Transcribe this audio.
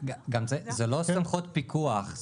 זה גם לא סמכות פיקוח,